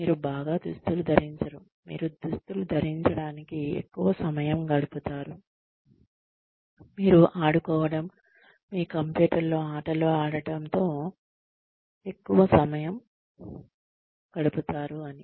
మీరు బాగా దుస్తులు ధరించరు మీరు దుస్తులు ధరించడానికి ఎక్కువ సమయం గడుపుతారు మీరు ఆడుకోవడం మీ కంప్యూటర్లో ఆటలు ఆడటం తో ఎక్కువ సమయం గడుపుతారు అని